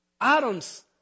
Atoms